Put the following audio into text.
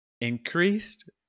increased